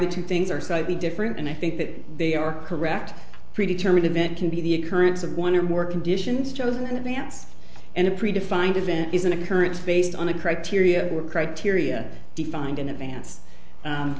the two things are slightly different and i think that they are correct predetermined event can be the occurrence of one or more conditions chosen advance and a predefined event is an occurrence based on a criteria or criteria defined in advance